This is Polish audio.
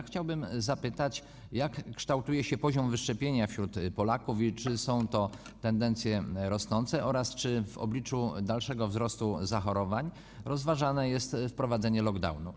Chciałbym zapytać, jak kształtuje się poziom wszczepienia wśród Polaków, czy są to tendencje rosnące oraz czy w obliczu dalszego wzrostu liczby zachorowań rozważane jest wprowadzenie lockdownu.